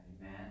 Amen